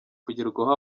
kugerwaho